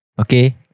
Okay